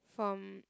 from